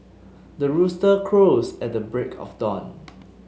the rooster crows at the break of dawn